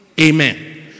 Amen